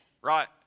Right